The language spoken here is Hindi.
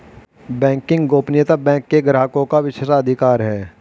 बैंकिंग गोपनीयता बैंक के ग्राहकों का विशेषाधिकार है